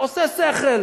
עושה שכל.